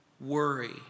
Worry